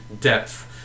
depth